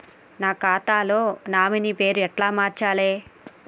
నా ఖాతా లో నామినీ పేరు ఎట్ల మార్చాలే?